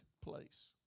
place